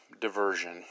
diversion